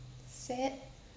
sad